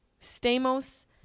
Stamos